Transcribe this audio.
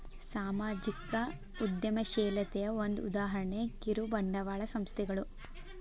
ಸಾಮಾಜಿಕ ಉದ್ಯಮಶೇಲತೆಯ ಒಂದ ಉದಾಹರಣೆ ಕಿರುಬಂಡವಾಳ ಸಂಸ್ಥೆಗಳು